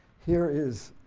here is